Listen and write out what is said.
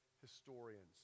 historians